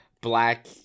black